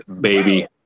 baby